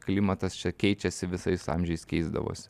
klimatas čia keičiasi visais amžiais keisdavosi